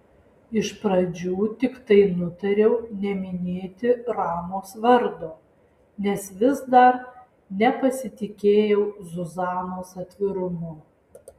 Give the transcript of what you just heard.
iš pradžių tiktai nutariau neminėti ramos vardo nes vis dar nepasitikėjau zuzanos atvirumu